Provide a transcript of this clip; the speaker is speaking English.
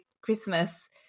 Christmas